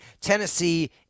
tennessee